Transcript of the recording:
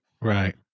right